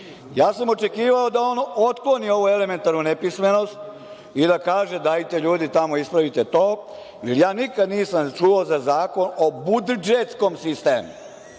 sam očekivao da on otkloni ovu elementarnu nepismenost i da kaže – dajte ljudi ispravite to, jer nikada nisam čuo za Zakon o buddžetskom sistemu.